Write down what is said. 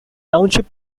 township